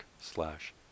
slash